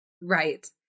right